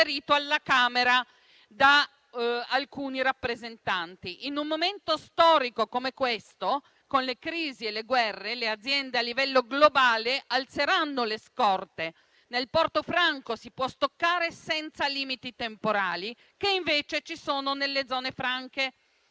In un momento storico come questo, con le crisi e le guerre, le aziende a livello globale alzeranno le scorte. Nel porto franco si può stoccare senza quei limiti temporali che invece ci sono nelle zone franche